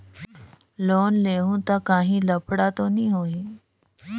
Loan लेहूं ता काहीं लफड़ा तो नी होहि?